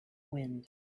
wind